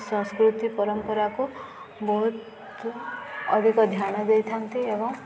ସଂସ୍କୃତି ପରମ୍ପରାକୁ ବହୁତ ଅଧିକ ଧ୍ୟାନ ଦେଇଥାନ୍ତି ଏବଂ